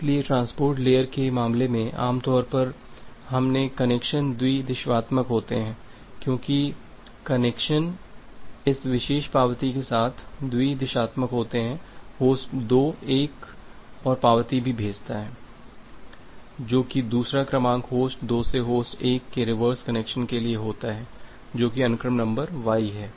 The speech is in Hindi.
इसलिए ट्रांसपोर्ट लेयर के मामले में आमतौर पर हमारे कनेक्शन द्वि दिशात्मक होते हैं क्योंकि कनेक्शन इस विशेष पावती के साथ द्वि दिशात्मक होते हैं होस्ट 2 एक और पावती भी भेजता है जो की दूसरा क्रमांक होस्ट 2 से होस्ट 1 के रिवर्स कनेक्शन के लिए होता है जो कि अनुक्रम नंबर y है